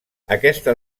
aquesta